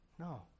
No